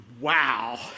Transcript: wow